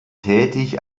tätig